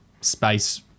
space